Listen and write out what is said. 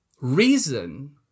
reason